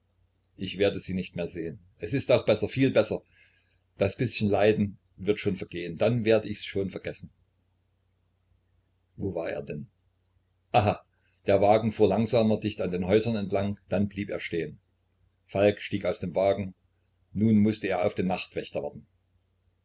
ich werde sie nicht mehr sehen es ist auch besser viel besser das bißchen leiden wird schon vergehen dann werd ichs schon vergessen wo war er denn aha der wagen fuhr langsamer dicht an den häusern entlang dann blieb er stehen falk stieg aus dem wagen nun mußte er auf den nachtwächter warten